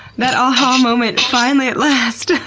that aha moment, finally, at last!